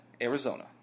Arizona